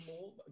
more